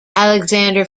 alexander